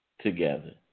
together